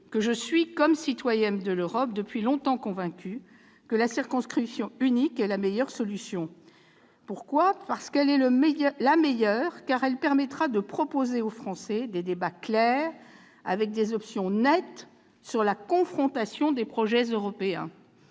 que je suis, comme citoyenne de l'Europe, depuis longtemps convaincue que la circonscription unique est la meilleure solution. Pourquoi ? Parce qu'elle permettra de proposer aux Français des débats clairs, avec des options nettes sur la confrontation des projets européens.